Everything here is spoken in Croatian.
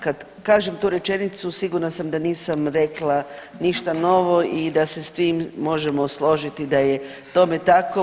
Kad kažem tu rečenicu sigurna sam da nisam rekla ništa novo i da se s tim možemo složiti da je tome tako.